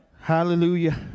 Hallelujah